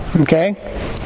Okay